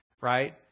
right